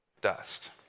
Dust